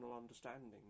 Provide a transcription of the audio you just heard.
understanding